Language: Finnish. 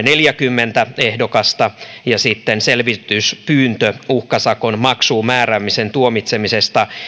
neljäkymmentä ehdokasta ja sitten selvityspyyntö uhkasakon maksuun määräämisen tuomitsemisesta